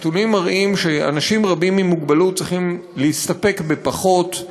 הנתונים מראים שאנשים רבים עם מוגבלות צריכים להסתפק בפחות,